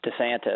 DeSantis